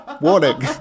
Warning